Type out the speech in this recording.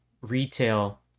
retail